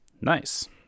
Nice